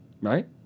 Right